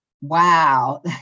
Wow